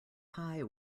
pie